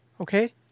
Okay